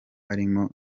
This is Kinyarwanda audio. harimo